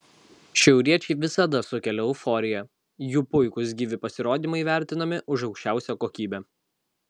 šiauriečiai visada sukelia euforiją jų puikūs gyvi pasirodymai vertinami už aukščiausią kokybę